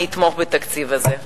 אני אתמוך בתקציב הזה.